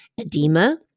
edema